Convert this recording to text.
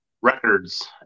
records